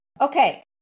Okay